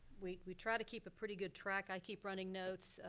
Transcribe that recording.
we we try to keep a pretty good track. i keep running notes,